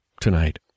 tonight